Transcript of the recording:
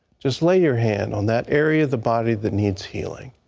just lay your hand on that area of the body that needs healing.